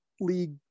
league